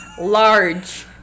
large